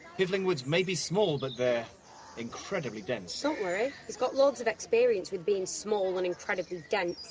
piffling woods may be small, but they're incredibly dense. don't worry, he's got loads of experience with being small and incredibly dense.